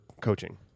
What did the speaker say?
coaching